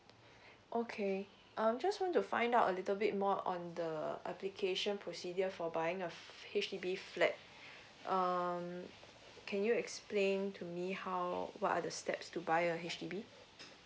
okay um just want to find out a little bit more on the application procedure for buying a H_D_B flat um can you explain to me how what are the steps to buy a H_D_D